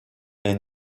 and